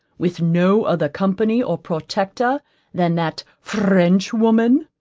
with no other company or protector than that french woman.